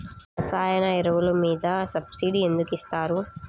రసాయన ఎరువులు మీద సబ్సిడీ ఎందుకు ఇస్తారు?